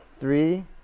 three